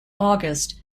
august